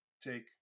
take